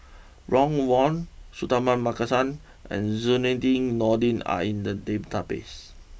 Ron Wong Suratman Markasan and Zainudin Nordin are in the database